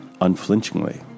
unflinchingly